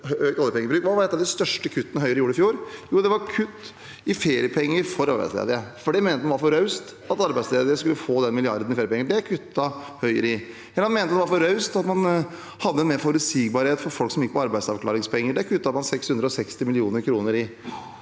Hva var et av de største kuttene Høyre gjorde i fjor? Jo, det var kutt i feriepenger for arbeidsledige, for man mente det var for raust at arbeidsledige skulle få den milliarden i feriepenger. Det kuttet Høyre i. Man mente det var for raust med mer forutsigbarhet for folk som gikk på arbeidsavklaringspenger. Det kuttet man 660 mill. kr i.